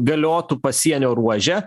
galiotų pasienio ruože